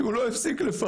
כי הוא לא הפסיק לפרכס.